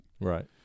Right